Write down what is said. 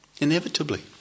inevitably